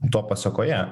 to pasekoje